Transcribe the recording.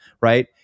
right